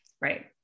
Right